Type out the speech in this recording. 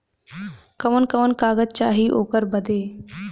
कवन कवन कागज चाही ओकर बदे?